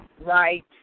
right